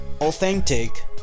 authentic